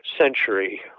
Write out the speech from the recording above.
century